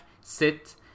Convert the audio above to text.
sit